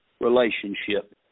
relationship